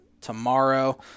tomorrow